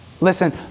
Listen